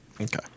Okay